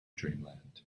dreamland